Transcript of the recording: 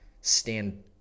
stand